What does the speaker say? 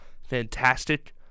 fantastic